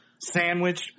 sandwich